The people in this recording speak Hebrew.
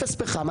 אפס פחם,